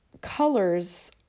colors